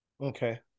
Okay